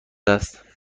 است